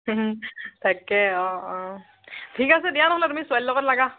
তাকে অঁ অঁ ঠিক আছে দিয়া নহ'লে তুমি ছোৱালীৰ লগত লাগা